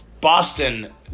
Boston